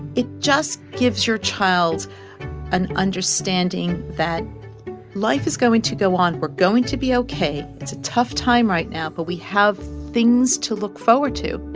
it just gives your child an understanding that life is going to go on. we're going to be ok. it's a tough time right now. but we have things to look forward to